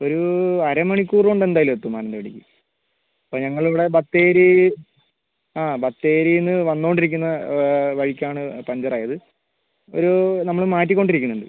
ഒരു അരമണിക്കൂർ കൊണ്ട് എന്തായാലും എത്തും മാനന്തവാടിക്ക് ഇപ്പം ഞങ്ങൾ ഇവിടെ ബത്തേരി ബത്തേരീന്ന് വന്നോണ്ടിരിക്കുന്ന വഴിക്കാണ് പഞ്ചർ ആയത് ഒരു നമ്മൾ മാറ്റിക്കൊണ്ടിരിക്കുന്നണ്ട്